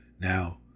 Now